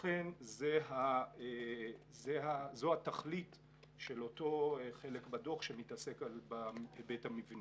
לכן זו התכלית של אותו חלק בדוח שמתעסק בהיבט המדיני.